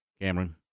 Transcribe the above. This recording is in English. Cameron